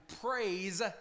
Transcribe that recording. praise